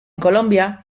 colombia